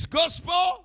gospel